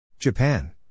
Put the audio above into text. Japan